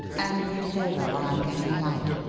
and read it over while i'm getting a light.